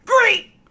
Great